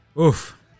oof